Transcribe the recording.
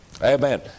Amen